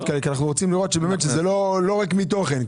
כי אנחנו רוצים לראות שזה לא ריק מתוכן.